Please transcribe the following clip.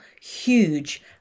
huge